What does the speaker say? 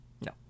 No